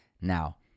now